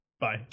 Bye